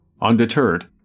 Undeterred